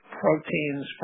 proteins